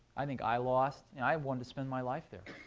i think i lost. and i wanted to spend my life there.